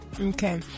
Okay